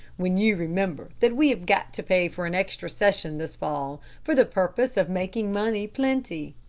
when you remember that we have got to pay for an extra session this fall for the purpose of making money plenty?